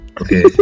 Okay